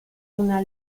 una